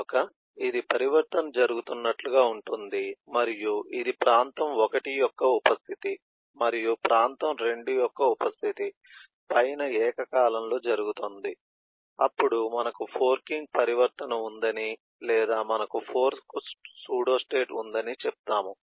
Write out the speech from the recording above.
కనుక ఇది పరివర్తన జరుగుతున్నట్లుగా ఉంటుంది మరియు ఇది ప్రాంతం 1 యొక్క ఉప స్థితి మరియు ప్రాంతం 2 యొక్క ఉప స్థితి పైన ఏకకాలంలో జరుగుతుంది అప్పుడు మనకు ఫోర్కింగ్ పరివర్తన ఉందని లేదా మనకు ఫోర్క్ సూడోస్టేట్ ఉందని చెప్తాము